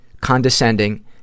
condescending